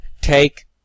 take